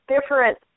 different